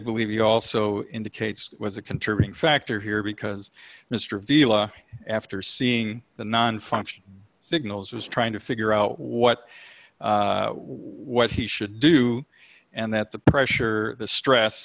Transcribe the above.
believe you also indicates was a contributing factor here because mr avila after seeing the nonfunctioning signals was trying to figure out what what he should do and that the pressure the stress